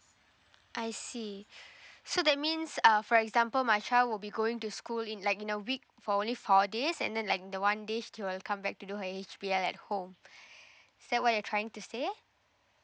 I see so that means uh for example my child will be going to school in like in a week for only four days and then like the one day she will come back to do her H_B_L at home is that what you're trying to say